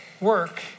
work